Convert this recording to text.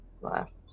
left